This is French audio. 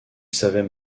savait